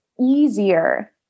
easier